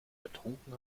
getrunken